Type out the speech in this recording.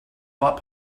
bought